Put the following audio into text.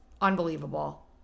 unbelievable